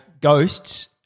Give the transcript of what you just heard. ghosts